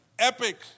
epic